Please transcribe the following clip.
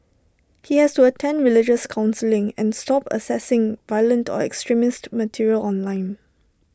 he has to attend religious counselling and stop accessing violent or extremist material online